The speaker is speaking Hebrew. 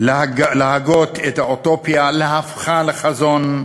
להגות את האוטופיה, להופכה לחזון,